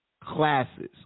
classes